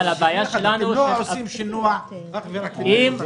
אתם לא עושים שינוע אך ורק לבדיקות קורונה.